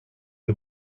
the